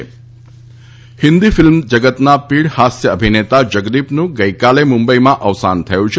Jagdeep Hindi film જગતના પીઢ હાસ્ય અભિનેતા જગદીપનું ગઈકાલે મુંબઈમાં અવસાન થયું છે